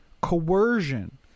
coercion